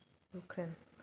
Ukraine